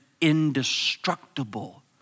indestructible